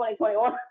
2021